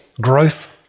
growth